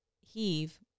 heave